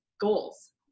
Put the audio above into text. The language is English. goals